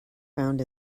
found